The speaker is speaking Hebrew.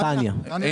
עכשיו,